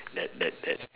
that that that